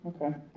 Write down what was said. Okay